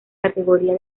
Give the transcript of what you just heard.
categoría